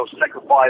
sacrifice